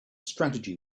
strategy